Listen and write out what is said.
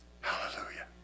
Hallelujah